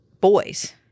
boys